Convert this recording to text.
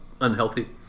unhealthy